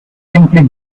simply